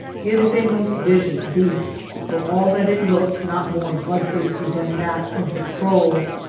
it is a most vicious beak for all that it looks not more blood-thirsty than that of the crow.